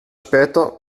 später